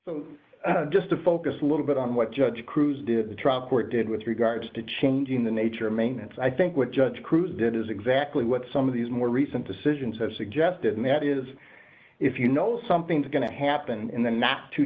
so just to focus a little bit on what judge cruz did the trial court did with regards to changing the nature maintenance i think what judge cruz did is exactly what some of these more recent decisions have suggested and that is if you know something's going to happen in the not too